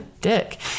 dick